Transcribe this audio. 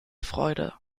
freude